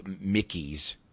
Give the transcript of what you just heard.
Mickey's